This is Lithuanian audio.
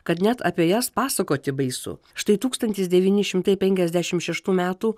kad net apie jas pasakoti baisu štai tūkstantis devyni šimtai penkiasdešim šeštų metų